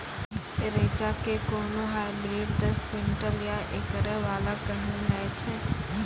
रेचा के कोनो हाइब्रिड दस क्विंटल या एकरऽ वाला कहिने नैय छै?